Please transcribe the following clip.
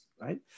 right